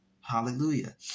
Hallelujah